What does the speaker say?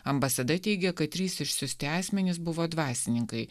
ambasada teigia kad trys išsiųsti asmenys buvo dvasininkai